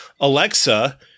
Alexa